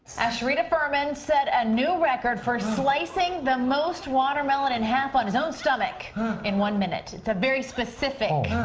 ashrita furman set a new record for slicing the most watermelon in half on his own stomach in one minute. it's a very specific